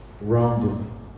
wrongdoing